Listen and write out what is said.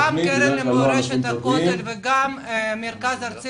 גם הקרן למורשת הכותל וגם המרכז הארצי